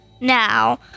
now